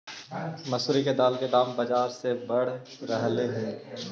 मसूरी के दाल के दाम बजार में बढ़ रहलई हे